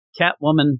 Catwoman